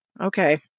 Okay